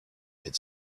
had